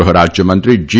ગૃહરાજ્યમંત્રી જી